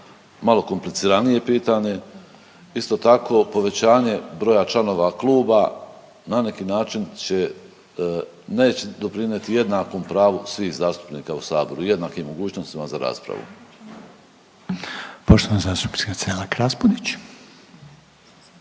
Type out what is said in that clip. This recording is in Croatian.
malo kompliciranije pitanje, isto tako, povećanje broja članova kluba na neki način će, neće doprinijeti jednakom pravu svih zastupnika u Saboru, jednakim mogućnostima za raspravu. **Reiner, Željko